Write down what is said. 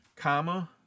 comma